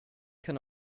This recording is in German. kann